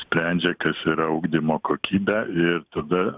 sprendžia kas yra ugdymo kokybė ir tada